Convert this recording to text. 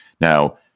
Now